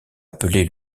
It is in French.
appelé